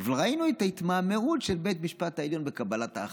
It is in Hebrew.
אבל ראינו את ההתמהמהות של בית המשפט העליון בקבלת ההחלטה.